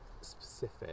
specific